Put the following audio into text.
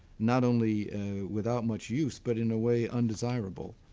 not only without much use, but in a way undesirable.